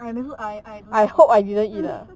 I never I I I don't dare to eat